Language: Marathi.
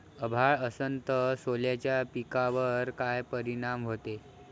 अभाळ असन तं सोल्याच्या पिकावर काय परिनाम व्हते?